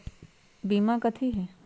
बीमा कथी है?